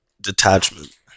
detachment